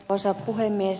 arvoisa puhemies